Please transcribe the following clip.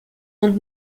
und